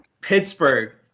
Pittsburgh